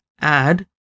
add